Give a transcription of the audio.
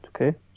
Okay